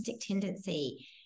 tendency